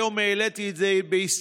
היום העליתי את זה כהסתייגות